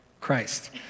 Christ